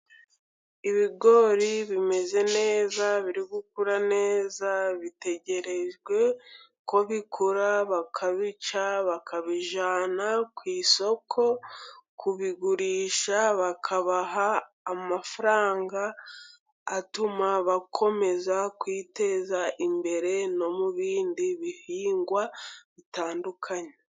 Ibigori bimeze neza biri gukura neza, bitegerejwe ko bikura bakabica bakabijyana ku isoko kubigurisha, bakabaha amafaranga atuma bakomeza kwiteza imbere no mu bindi bihingwa bitandukanye.